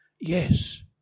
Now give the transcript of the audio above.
yes